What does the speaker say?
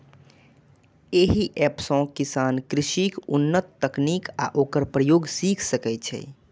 एहि एप सं किसान कृषिक उन्नत तकनीक आ ओकर प्रयोग सीख सकै छै